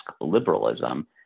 liberalism